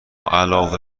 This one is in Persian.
علاوه